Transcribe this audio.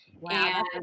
Wow